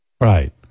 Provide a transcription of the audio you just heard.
Right